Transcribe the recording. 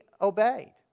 obeyed